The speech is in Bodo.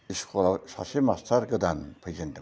स्कुलाव सासे मास्टार गोदान फैजेन्दों